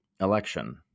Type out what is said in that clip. election